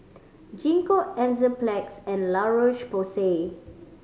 Gingko Enzyplex and La Roche Porsay